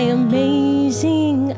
amazing